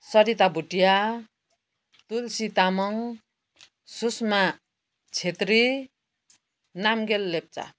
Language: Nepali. सरिता भुटिया तुलसी तामाङ सुस्मा छेत्री नामगेल लेप्चा